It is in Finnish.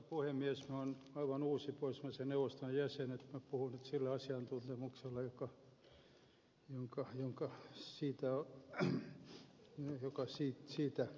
minä olen aivan uusi pohjoismaiden neuvoston jäsen joten puhun nyt sillä asiantuntemuksella joka siitä lähtee